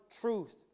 truth